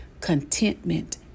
contentment